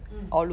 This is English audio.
mm